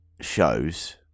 shows